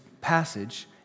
passage